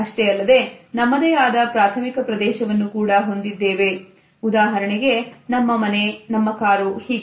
ಇಷ್ಟೇ ಅಲ್ಲದೆ ನಮ್ಮದೇ ಆದ ಪ್ರಾಥಮಿಕ ಪ್ರದೇಶವನ್ನು ಕೂಡ ಹೊಂದಿದ್ದೇವೆ ಉದಾಹರಣೆಗೆ ನಮ್ಮ ಮನೆ ನಮ್ಮ ಕಾರು ಹೀಗೆ